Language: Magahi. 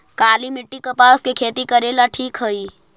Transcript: काली मिट्टी, कपास के खेती करेला ठिक हइ?